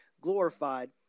glorified